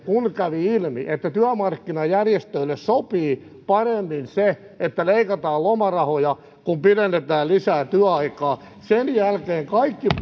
kun kävi ilmi että työmarkkinajärjestöille sopii paremmin se että leikataan lomarahoja kuin pidennetään lisää työaikaa sen jälkeen kaikki